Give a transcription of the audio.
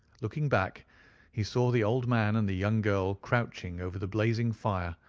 looking back he saw the old man and the young girl crouching over the blazing fire,